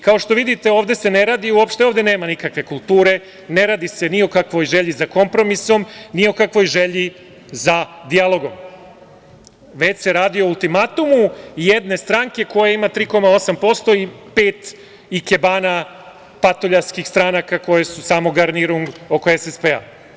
Kao što vidite, ovde uopšte nema nikakve kulture, ne radi se ni o kakvoj želji za kompromisom, ni o kakvoj želji za dijalogom, već se radi o ultimatumu jedne stranke koja ima 3,8% i pet ikebana patuljastih stranaka koje su samo garnirung oko SSP.